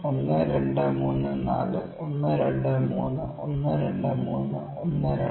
1 2 3 4 1 2 3 1 2 3 1 2